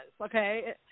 okay